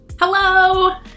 Hello